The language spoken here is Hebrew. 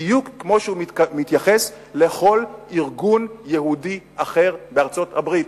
בדיוק כמו שהוא מתייחס לכל ארגון יהודי אחר בארצות-הברית,